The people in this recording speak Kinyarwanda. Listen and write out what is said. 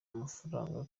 mafaranga